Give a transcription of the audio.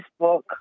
Facebook